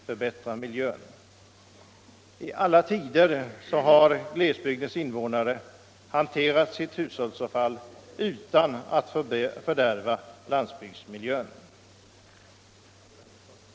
mm. bättra miljön särskilt mycket. I alla tider har glesbygdens invånare hanterat sitt hushållsavfall utan att fördärva landsbygdsmiljön.